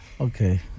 okay